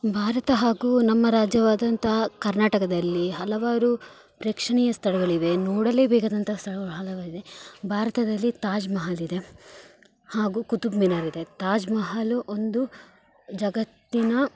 ಭಾರತ ಹಾಗು ನಮ್ಮ ರಾಜ್ಯವಾದಂತಹ ಕರ್ನಾಟಕದಲ್ಲಿ ಹಲವಾರು ಪ್ರೇಕ್ಷಣೀಯ ಸ್ಥಳಗಳಿವೆ ನೋಡಲೇ ಬೇಕಾದಂತಹ ಸ್ಥಳಗಳು ಹಲವಾರಿದೆ ಭಾರತದಲ್ಲಿ ತಾಜ್ ಮಹಲಿದೆ ಹಾಗು ಕುತುಬ್ ಮಿನಾರಿದೆ ತಾಜ್ ಮಹಲು ಒಂದು ಜಗತ್ತಿನ